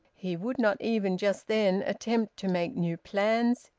he would not even, just then, attempt to make new plans.